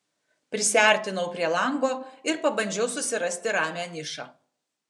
prisiartinau prie lango ir pabandžiau susirasti ramią nišą